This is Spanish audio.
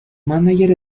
mánager